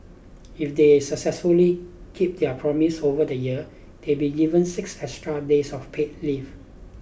if they successfully keep their promise over the year they'll be given six extra days of paid leave